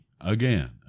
again